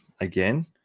again